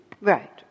Right